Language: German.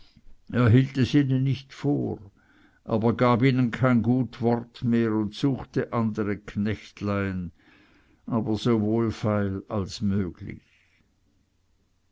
nicht vor aber gab ihnen kein gut wort mehr und suchte andere knechtlein aber so wohlfeil als möglich